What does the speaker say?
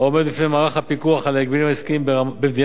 בפני מערך הפיקוח על ההגבלים העסקיים במדינת ישראל.